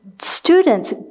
students